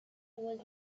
was